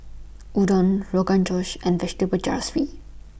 Udon Rogan Josh and Vegetable